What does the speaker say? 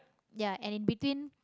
ya and in between